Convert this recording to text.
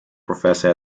professor